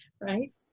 Right